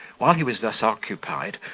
while he was thus occupied,